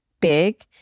big